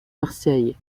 marseille